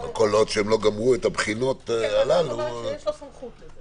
יש לו סמכות לזה.